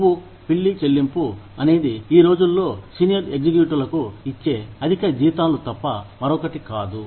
కొవ్వు పిల్లి చెల్లింపు అనేది ఈ రోజుల్లో సీనియర్ ఎగ్జిక్యూటివ్లకు ఇచ్చే అధిక జీతాలు తప్ప మరొకటి కాదు